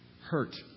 Hurt